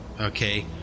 okay